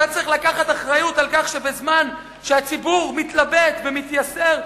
אתה צריך לקחת אחריות על כך שבזמן שהציבור מתלבט ומתייסר,